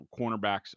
cornerbacks